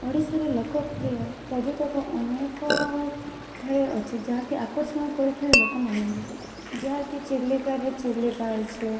ଓଡ଼ିଶାର ଲୋକପ୍ରିୟ ପର୍ଯ୍ୟଟକ ଅନେକ ଠାରେ ଅଛି ଯାହାକି ଆକର୍ଷଣ କରିଥାଏ ଲୋକମାନଙ୍କୁ ଯାହାକି ଚିଲିକାରେ ଚିଲିକା ଅଛି